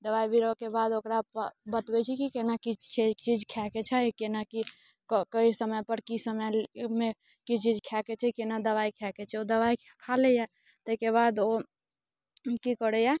दबाइ बिरोके बाद ओकरा बतबै छै की केना किछु छै कि चीज खाइके छै केना की कै समयपर की समयमे की चीज खायके छै केना दबाइ खायके छै ओ दबाइ खा लैए ताहिके बाद ओ की करैए